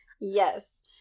Yes